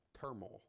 turmoil